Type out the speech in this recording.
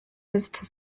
visitors